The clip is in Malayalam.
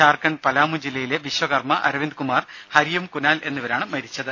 ജാർഖണ്ഡ് പലാമു ജില്ലയിലെ വിശ്വകർമ്മ അരവിന്ദ്കുമാർ ഹരിയോം കുനാൽ എന്നിവരാണ് മരിച്ചത്